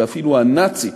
ואפילו הנאצית,